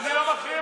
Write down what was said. החברים שלך שפרשו.